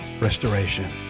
restoration